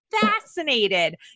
fascinated